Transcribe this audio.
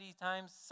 times